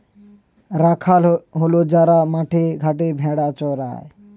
রাখাল হল যারা মাঠে ঘাটে ভেড়া চড়ায়